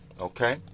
Okay